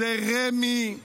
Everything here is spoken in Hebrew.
זה רמ"י,